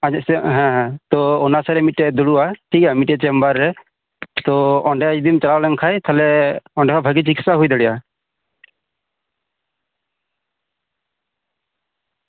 ᱟᱫᱚ ᱥᱟᱨᱮ ᱦᱮᱸ ᱦᱮᱸ ᱟᱫᱚ ᱚᱱᱟ ᱥᱟᱨᱮ ᱢᱤᱫᱴᱮᱡ ᱮᱭ ᱫᱩᱲᱩᱵᱼᱟ ᱢᱤᱫᱴᱮᱡ ᱪᱮᱢᱵᱟᱨ ᱨᱮ ᱛᱚ ᱚᱸᱰᱮ ᱡᱩᱫᱤᱢ ᱪᱟᱞᱟᱣ ᱞᱮᱱᱠᱷᱟᱡ ᱛᱟᱞᱦᱮ ᱚᱸᱰᱮ ᱦᱚᱸ ᱵᱷᱟᱜᱤ ᱪᱤᱠᱤᱛᱥᱟ ᱦᱩᱭ ᱫᱟᱲᱮᱭᱟᱜᱼᱟ